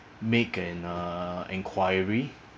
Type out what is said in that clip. make an uh enquiry